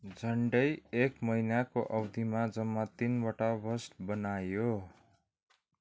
झन्डै एक महिनाको अवधिमा जम्मा तिनवटा बस्ट बनायो